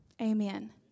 amen